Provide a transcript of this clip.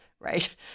right